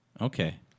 Okay